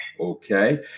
Okay